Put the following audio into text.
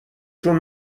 چون